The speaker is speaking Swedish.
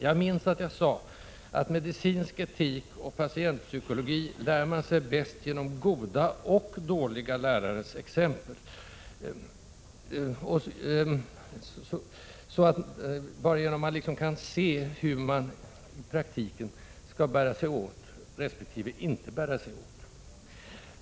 Jag minns att jag däremot sade, att medicinsk etik och patientpsykologi lär man sig bäst genom goda — och dåliga — lärares exempel. Man kan på så sätt se hur man skall bära sig åt resp. inte bära sig åt i praktiken.